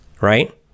Right